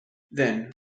then